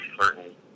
certain